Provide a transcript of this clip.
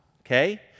okay